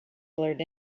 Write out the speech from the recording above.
blurred